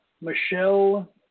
Michelle